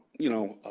you know,